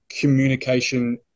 communication